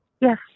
Yes